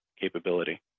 capability